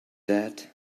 that